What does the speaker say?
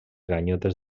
ganyotes